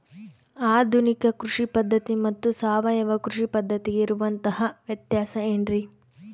ಆಧುನಿಕ ಕೃಷಿ ಪದ್ಧತಿ ಮತ್ತು ಸಾವಯವ ಕೃಷಿ ಪದ್ಧತಿಗೆ ಇರುವಂತಂಹ ವ್ಯತ್ಯಾಸ ಏನ್ರಿ?